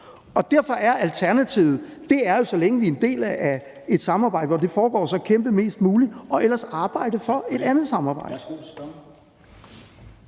dag. Derfor er alternativet – så længe vi er en del af et samarbejde, hvor det foregår – at kæmpe mest muligt og ellers arbejde for et andet samarbejde.